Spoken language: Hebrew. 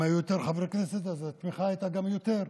אם היו יותר חברי כנסת אז התמיכה הייתה גם יותר.